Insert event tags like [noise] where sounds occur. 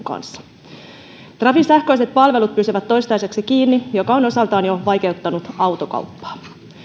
[unintelligible] kanssa trafin sähköiset palvelut pysyvät toistaiseksi kiinni mikä on osaltaan jo vaikeuttanut autokauppaa